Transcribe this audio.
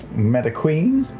met a queen.